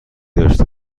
داشته